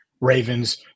Ravens